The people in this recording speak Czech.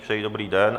Přeji dobrý den.